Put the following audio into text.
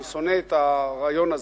אני שונא את הרעיון הזה,